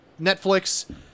Netflix